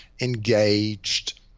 engaged